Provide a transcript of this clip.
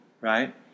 right